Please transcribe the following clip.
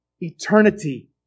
eternity